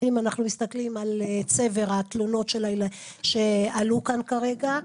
אם אנחנו מסתכלים על כל התלונות שעלו כאן כרגע,